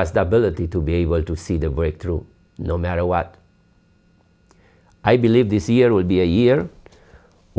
us the ability to be able to see the way through no matter what i believe this year will be a year